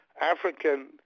African